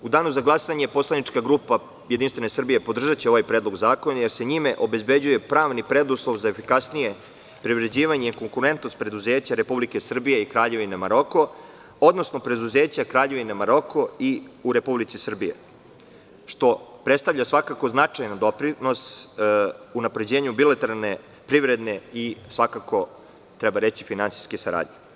U danu za glasanje poslanička grupa JS podržaće ovaj predlog zakona, jer se njime obezbeđuje pravni preduslov za efikasnije privređivanje, konkurentnost preduzeća Republike Srbije i Kraljevine Maroko, odnosno preduzeća Kraljevine Maroko i Republike Srbije, što predstavlja svakako značajan doprinos unapređenju bilateralne privredne i svakako finansijske saradnje.